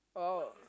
oh